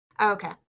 okay